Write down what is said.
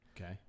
Okay